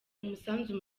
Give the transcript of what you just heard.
umusanzu